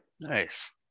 Nice